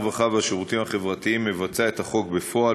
הרווחה והשירותים החברתיים מבצע את החוק בפועל,